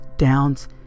downs